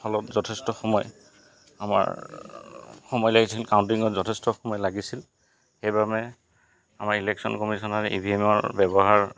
ফলত যথেষ্ট সময় আমাৰ সময় লাগিছিল কাউণ্টিঙত যথেষ্ট সময় লাগিছিল সেইবাবে আমাৰ ইলেক্যন কমিশনাৰে ই ভি এমৰ ব্যৱহাৰ